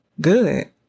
good